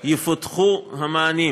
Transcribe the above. יפותחו המענים